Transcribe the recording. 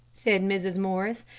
said mrs. morris,